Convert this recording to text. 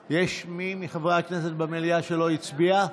נוכח יש מי מחברי הכנסת במליאה שלא הצביע?